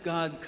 God